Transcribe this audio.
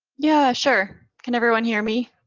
yeah, sure. can everyone hear me.